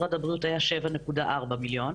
למשרד הבריאות היה 7.4 מיליון,